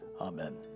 amen